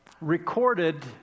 recorded